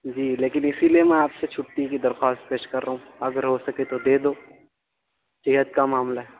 جی لیکن اسی لیے میں آپ سے چھٹی کی درخواست پیش کر رہا ہوں اگر ہو سکے تو دے دو صحت کا معاملہ ہے